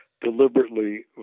deliberately